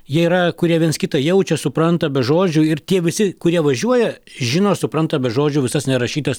jie yra kurie viens kitą jaučia supranta be žodžių ir tie visi kurie važiuoja žino supranta be žodžių visas nerašytas